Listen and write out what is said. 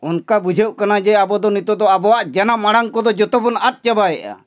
ᱚᱱᱠᱟ ᱵᱩᱡᱷᱟᱹᱜᱚᱜ ᱠᱟᱱᱟ ᱡᱮ ᱟᱵᱚ ᱫᱚ ᱱᱤᱛᱳᱜ ᱫᱚ ᱟᱵᱚᱣᱟᱜ ᱡᱟᱱᱟᱢ ᱟᱲᱟᱝ ᱠᱚᱫᱚ ᱡᱚᱛᱚ ᱵᱚᱱ ᱟᱫ ᱪᱟᱵᱟᱭᱮᱫᱼᱟ